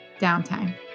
Downtime